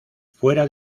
fuera